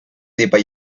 the